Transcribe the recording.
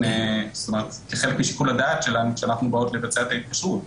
כחלק משיקול הדעת שלנו כשאנחנו באות לבצע את ההתקשרות.